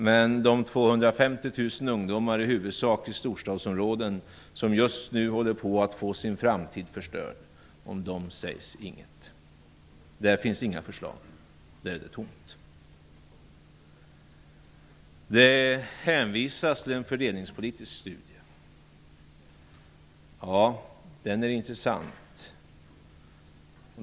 Men om de 250 000 ungdomar, i huvudsak i storstadsområden, som just nu håller på att få sin framtid förstörd sägs inget. Där finns inte några förslag. Där är det tomt. Det hänvisas till en fördelningspolitisk studie. Ja, den är intressant.